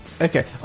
okay